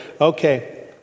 Okay